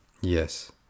Yes